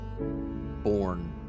born